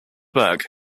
burke